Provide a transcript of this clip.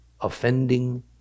offending